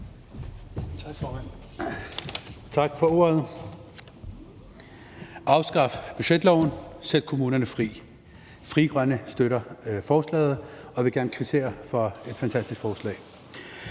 Tak for ordet. Afskaf budgetloven, sæt kommunerne fri. Frie Grønne støtter forslaget og vil gerne kvittere for et fantastisk forslag.